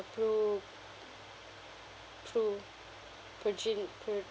pru~ pru~ per gene per